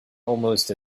almost